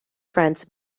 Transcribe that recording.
friends